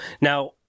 Now